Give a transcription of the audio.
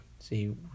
See